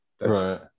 Right